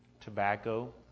tobacco